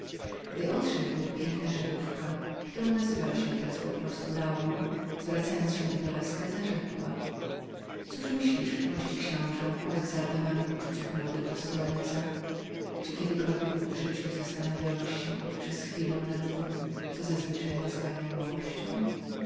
gdy odszedł piękna żydówka którą odtąd nazywaliśmy laurą obracając się do velasqueza rzekła cóż myślisz mości książe o rozmarzonych uczuciach młodego soareza czy kiedykolwiek w życiu zastanowiłeś się choć przez chwilę nad tem co nazywają miłością